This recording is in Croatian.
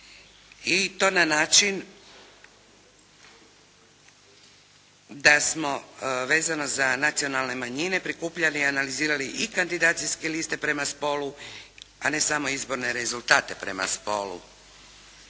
i to na način da smo vezano za nacionalne manjine prikupljali i analizirali i kandidacijske liste prema spolu, a ne samo izborne rezultate prema spolu.